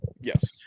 Yes